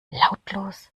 lautlos